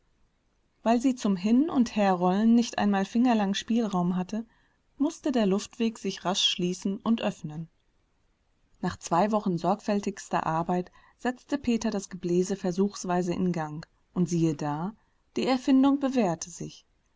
weil sie zum hin und herrollen nicht einmal fingerlang spielraum hatte mußte der luftweg sich rasch schließen und öffnen nach zwei wochen sorgfältigster arbeit setzte peter das gebläse versuchsweise in gang und siehe da die erfindung bewährte sich